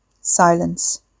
Silence